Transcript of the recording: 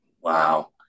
Wow